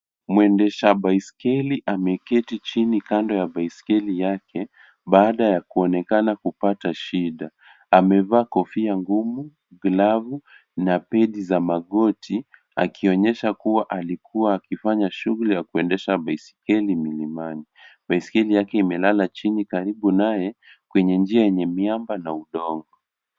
Mwendesha baiskeli ameketi chini kando ya baiskeli yake baada ya kuonekana kupata shida. Amevaa kofia ngumu, glavu na pedi za magoti akionyesha kuwa alikua akifanya shughuli ya kuendesha baiskeli mlimani. Baiskeli yake imelala chini karibu naye kwenye njia yenye miamba na udongo.